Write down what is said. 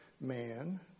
man